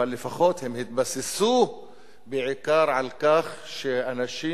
אבל לפחות הם התבססו בעיקר על כך שאנשים